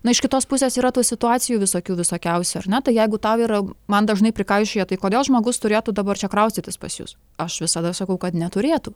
na iš kitos pusės yra tų situacijų visokių visokiausių ar ne tai jeigu tau yra man dažnai prikaišioja tai kodėl žmogus turėtų dabar čia kraustytis pas jus aš visada sakau kad neturėtų